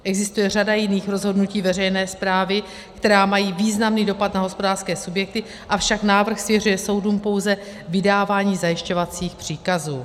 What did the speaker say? Existuje řada jiných rozhodnutí veřejné správy, která mají významný dopad na hospodářské subjekty, avšak návrh svěřuje soudům pouze vydávání zajišťovacích příkazů.